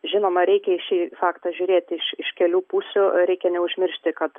žinoma reikia į šį faktą žiūrėti iš iš kelių pusių reikia neužmiršti kad